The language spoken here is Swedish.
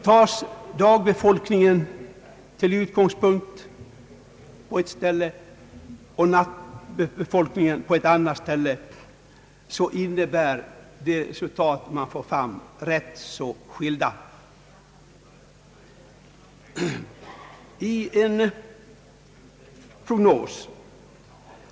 Tas dagbefolkningen till utgångspunkt på ett ställe och nattbefolkningen på ett annat, kan man få fram mycket skilda resultat.